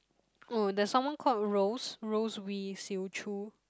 oh there is someone call Rose Rose Wee Siew Choo